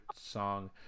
song